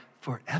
forever